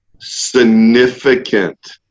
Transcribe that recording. Significant